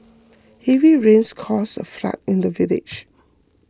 heavy rains caused a flood in the village